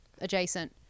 adjacent